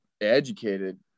Educated